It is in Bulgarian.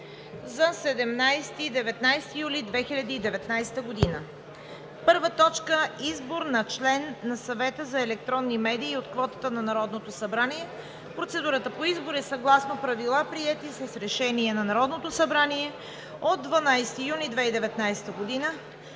за 17 – 19 юли 2019 г.: „1. Избор на член на Съвета за електронни медии от квотата на Народното събрание. Процедурата по избор е съгласно правила, приети с Решение на Народното събрание от 12 юни 2019 г.